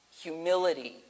humility